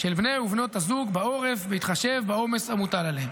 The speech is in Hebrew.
של בני ובנות הזוג בעורף בהתחשב בעומס המוטל עליהם.